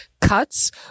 cuts